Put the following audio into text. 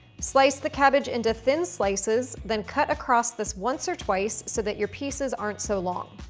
slice the cabbage into thin slices, then cut across this once or twice so that your pieces aren't so long.